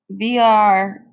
VR